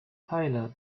tyler